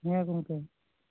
ᱦᱮᱸ ᱜᱚᱝᱠᱮ